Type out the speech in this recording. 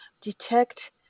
detect